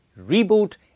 reboot